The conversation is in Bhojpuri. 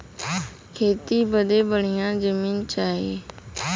खेती बदे बढ़िया जमीन चाही